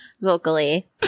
Vocally